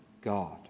God